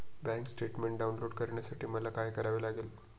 Bank statement download करण्यासाठी मला काय करावे लागेल?